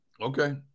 Okay